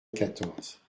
quatorze